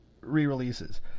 re-releases